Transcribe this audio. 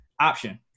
option